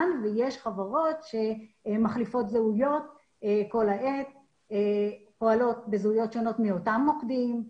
ויש חברות שמחליפות זהויות כל העת ופועלות בזהויות שונות מאותם מוקדים.